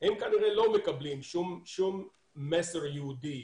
הם כנראה לא מקבלים שום מסר יהודי.